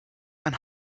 and